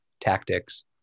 tactics